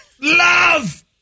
Love